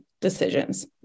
decisions